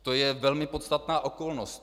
To je velmi podstatná okolnost.